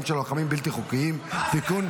של לוחמים בלתי חוקיים (תיקון,